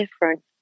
different